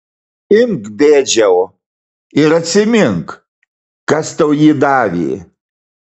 imk bėdžiau ir atsimink kas tau jį davė